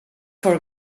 for